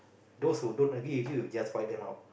those who don't agree with you you just find them out